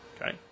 Okay